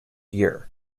year